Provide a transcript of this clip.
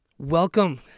Welcome